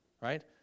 right